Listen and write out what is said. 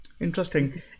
Interesting